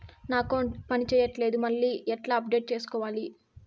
నా అకౌంట్ పని చేయట్లేదు మళ్ళీ ఎట్లా అప్డేట్ సేసుకోవాలి?